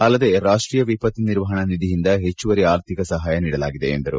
ಅಲ್ಲದೆ ರಾಷ್ತೀಯ ವಿಪತ್ತು ನಿರ್ವಹಣಾ ನಿಧಿಯಿಂದ ಹೆಚ್ಚುವರಿ ಆರ್ಥಿಕ ಸಹಾಯ ನೀಡಲಾಗಿದೆ ಎಂದರು